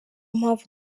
mpamvu